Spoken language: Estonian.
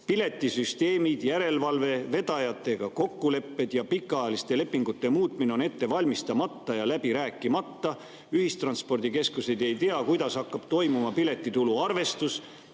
Piletisüsteemid, järelevalve, kokkulepped vedajatega ja pikaajaliste lepingute muutmine on ette valmistamata ja läbi rääkimata. Ühistranspordikeskused ei tea, kuidas hakkab toimuma piletitulu arvestus